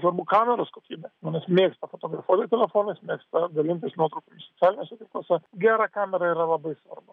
svarbu kameros kokybė žmonės mėgsta fotografuoti ir telfonais mėgsta dalintis nuotraukomis socialiniuose tinkluose gera kamera yra labai svarbu